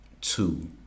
two